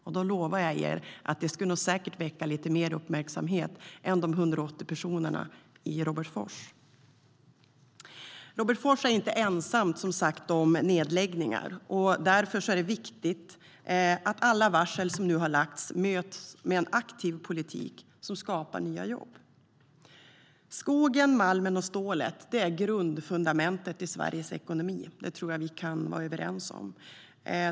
Jag lovar er att det skulle väcka lite mer uppmärksamhet än de 180 personerna i Robertsfors.Skogen, malmen och stålet är grundfundament i Sveriges ekonomi. Det tror jag att vi kan vara överens om.